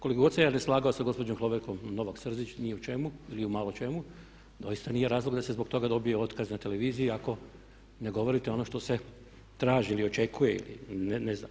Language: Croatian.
Koliko god se ja ne slagao sa gospođom Hloverkom Novak Srzić ni u čemu ili u malo čemu, doista nije razlog da se zbog toga dobije otkaz na televiziji ako ne govorite ono što se traži ili očekuje ili ne znam.